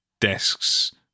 desks